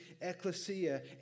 ecclesia